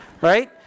Right